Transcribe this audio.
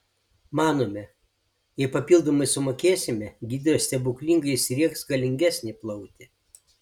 manome jei papildomai sumokėsime gydytojas stebuklingai įsriegs galingesnį plautį